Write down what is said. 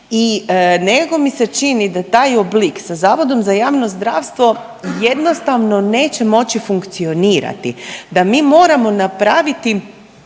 i nego mi se čini da taj oblik sa Zavodom za javno zdravstvo jednostavno neće moći funkcionirati. Da mi moramo napraviti